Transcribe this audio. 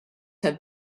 have